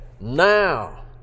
Now